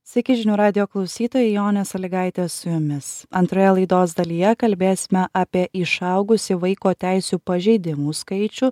sveiki žinių radijo klausytojai jonė salygaitė su jumis antroje laidos dalyje kalbėsime apie išaugusį vaiko teisių pažeidimų skaičių